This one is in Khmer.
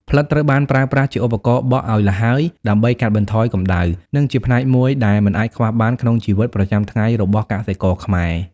ផ្លិតត្រូវបានប្រើប្រាស់ជាឧបករណ៍បក់ឱ្យល្ហើយដើម្បីកាត់បន្ថយកម្ដៅ និងជាផ្នែកមួយដែលមិនអាចខ្វះបានក្នុងជីវិតប្រចាំថ្ងៃរបស់កសិករខ្មែរ។